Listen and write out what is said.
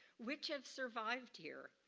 which have survived here?